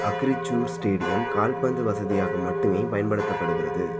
Agrisur stadium கால்பந்து வசதியாக மட்டுமே பயன்படுத்தப்படுகிறது